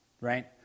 Right